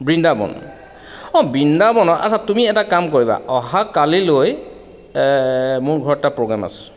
বৃন্দাবন অ' বৃন্দাবনত আচ্ছা তুমি এটা কাম কৰিবা অহা কালিলৈ মোৰ ঘৰত এটা প্ৰ'গ্ৰেম আছে